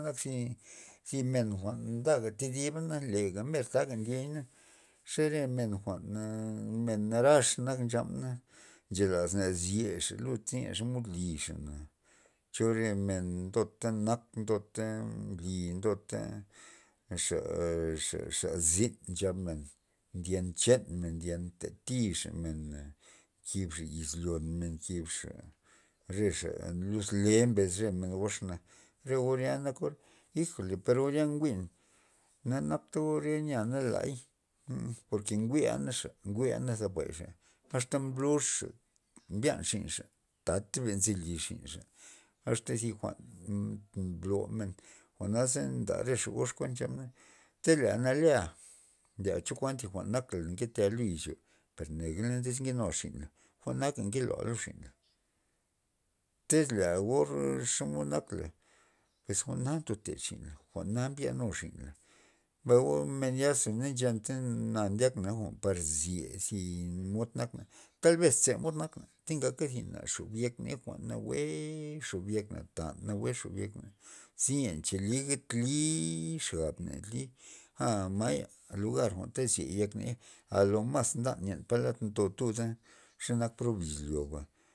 Xa nak zi men jwa'n nda ga thidiba na per mer taga ndiey xe re men jwa'n a men narax nak gabna nchelasna zyexa lud le ze xomod lixa cho re men ndota nak ndota nly ndota xa- xa zyn nchabmen ndyen chanmen ndyen nta nixa mena, nkib xa izyon men nkibxa re xa ya luz le mbesxa mbes men gox na or ya nak ijole per or ya njwi'n na nak taor yia lay porke jwi'la naxa njwi'la tap gay xa asta mbluzxa mbyan xinxa tata ben nzy li xinxa asta zi jwa'n mblomen jwa'na ze nda re xa gox kuent tyz lea nalea lea chokuan jwa'n nakla nketea lo izyo per negala iz nkenua xinla jwa'na nkeloa lo xinla, tyz lea or xomod nakla pues jwa'na ndote xinla jwa'na mbyanu xinla mbay men or yaza na nchenta na ndyak jwa'n zye zi mod nakna talbes zemod nakna taka xob yekna ley jwa'n nawe xob yekna tan nawue xob yekna ze len li li xabna li aa may a na lugar jwa'n ta ziey ndyak ney a lo mas ndan ndo tuda xe nak lo izyoba.